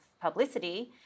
publicity